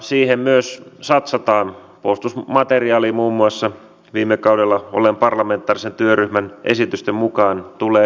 vaikuttaa siltä että sosialidemokraateista tässä salissa on yhtä hauskaa puhua pakkolaeista kuin perussuomalaisistakin jokaisessa vaalitilaisuudessa